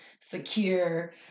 secure